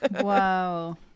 Wow